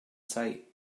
sight